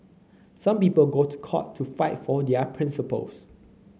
some people go to court to fight for their principles